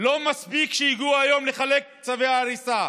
לא מספיק שהגיעו היום לחלק צווי הריסה,